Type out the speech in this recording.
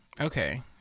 Okay